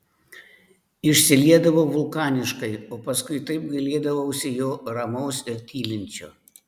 išsiliedavau vulkaniškai o paskui taip gailėdavausi jo ramaus ir tylinčio